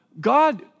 God